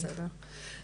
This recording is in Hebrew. בסדר.